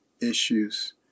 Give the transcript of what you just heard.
issues